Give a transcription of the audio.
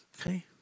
Okay